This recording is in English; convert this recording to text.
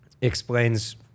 Explains